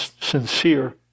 sincere